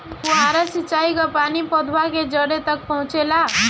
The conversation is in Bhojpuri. फुहारा सिंचाई का पानी पौधवा के जड़े तक पहुचे ला?